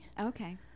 okay